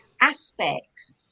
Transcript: aspects